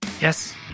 Yes